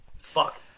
Fuck